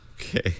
Okay